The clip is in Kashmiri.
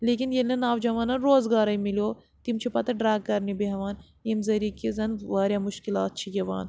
لیکِن ییٚلہِ نہٕ نوجوانن روزگارٕے مِلیو تِم چھِ پَتہٕ ڈرٛگ کرنہِ بیٚہوان ییٚمہِ ذٔریعہٕ کہِ زَن واریاہ مُشکِلات چھِ یِوان